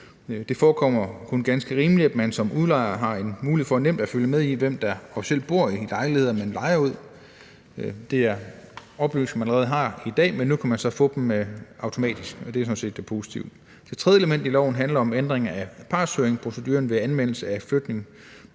Det forekommer kun ganske rimeligt, at man som udlejer har en mulighed for nemt at følge med i, hvem der officielt bor i lejligheder, man lejer ud. Det er oplysninger, man allerede har i dag, men nu kan man så få dem automatisk, og det er sådan set det positive. Det tredje element i loven handler om ændring af partshøring, altså proceduren ved anmeldelse af flytning